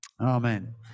Amen